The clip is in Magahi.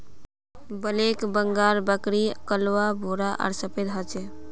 ब्लैक बंगाल बकरीर कलवा भूरा आर सफेद ह छे